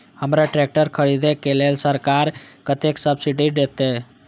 हमरा ट्रैक्टर खरदे के लेल सरकार कतेक सब्सीडी देते?